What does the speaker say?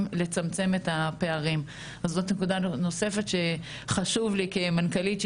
גם לצמצם את הפערים אז זאת נקודה נוספת שחשוב לי כמנכ"לית של